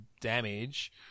damage